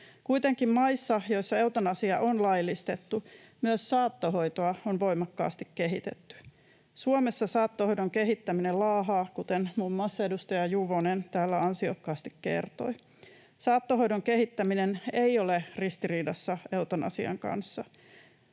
Kuitenkin maissa, joissa eutanasia on laillistettu, myös saattohoitoa on voimakkaasti kehitetty. Suomessa saattohoidon kehittäminen laahaa, kuten muiden muassa edustaja Juvonen täällä ansiokkaasti kertoi. Saattohoidon kehittäminen ei ole ristiriidassa eutanasian kanssa.